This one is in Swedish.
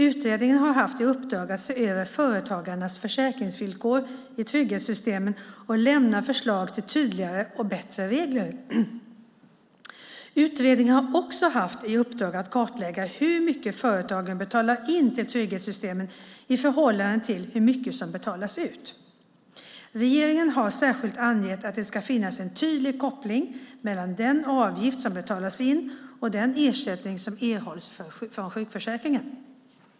Utredningen har haft i uppdrag att se över företagarnas försäkringsvillkor i trygghetssystemen och lämna förslag till tydligare och bättre regler. Utredningen har också haft i uppdrag att kartlägga hur mycket företagen betalar in till trygghetssystemen i förhållande till hur mycket som betalas ut. Regeringen har särskilt angett att det ska finnas en tydlig koppling mellan den avgift som betalas in och den ersättning som erhålls från sjukförsäkringen.